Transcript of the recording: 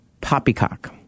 Poppycock